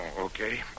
okay